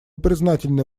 признательны